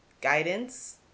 guidance